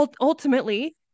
ultimately